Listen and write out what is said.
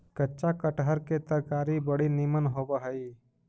कच्चा कटहर के तरकारी बड़ी निमन होब हई